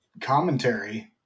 commentary